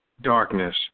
darkness